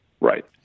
Right